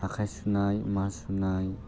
आखाइ सुनाय मा सुनाय